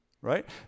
Right